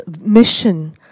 mission